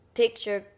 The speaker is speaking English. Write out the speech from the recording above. picture